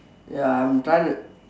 ya I'm trying to